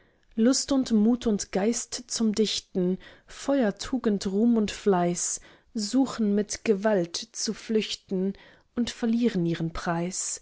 lust und mut und geist zum dichten feuer tugend ruhm und fleiß suchen mit gewalt zu flüchten und verlieren ihren preis